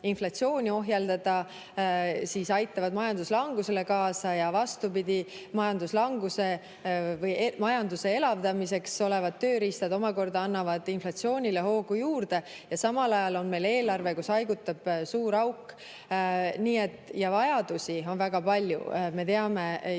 inflatsiooni ohjeldada, aitavad majanduslangusele kaasa, ja vastupidi, majanduse elavdamiseks olevad tööriistad omakorda annavad inflatsioonile hoogu juurde. Samal ajal on meil eelarve, kus haigutab suur auk. Ja vajadusi on väga palju, seda me kõik